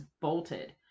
bolted